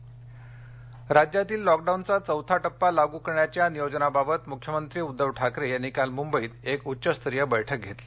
lockdown राज्यातील लॉकडाऊनचा चौथा टप्पा लागू करण्याच्या नियोजनाबाबत मुख्यमंत्री उद्धव ठाकरे यांनी काल मुंबईत एक उच्चस्तरीय बैठक घेतली